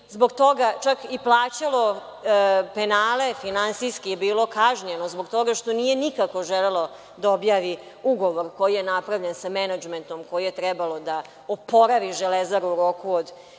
navrata čak i plaćalo penale, finansijski je bilo kažnjeno zbog toga što nije nikako želelo da objavi ugovor koji je napravljen sa menadžmentom koji je trebalo da oporavi Železaru u roku od